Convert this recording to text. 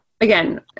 again